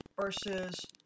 versus